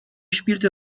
spielte